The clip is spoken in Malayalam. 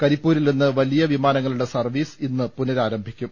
കരിപ്പൂരിൽനിന്ന് വലിയ വിമാനങ്ങളുടെ സർവീസ് ഇന്ന് പുനരാരംഭിക്കും